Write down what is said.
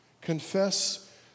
Confess